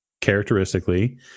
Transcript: characteristically